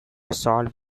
solve